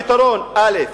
הפתרון: א.